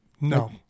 No